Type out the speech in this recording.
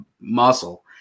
muscle